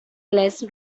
less